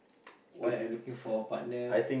why I looking for a partner